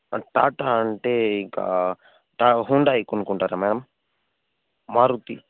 టాటా అంటే ఇంకా హుండాయ్ కొనుక్కుంటారా మేడం మారుతి